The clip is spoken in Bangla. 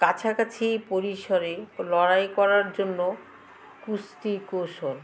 কাছাকাছি পরিসরে লড়াই করার জন্য কুস্তি কৌশল